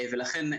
ולכן,